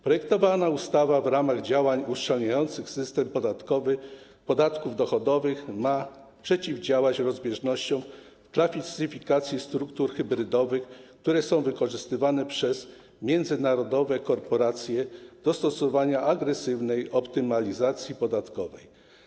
Projektowana ustawa w ramach działań uszczelniających system podatkowy podatków dochodowych ma przeciwdziałać rozbieżnościom klasyfikacji struktur hybrydowych, które są wykorzystywane przez międzynarodowe korporacje do stosowania agresywnej optymalizacji podatkowej.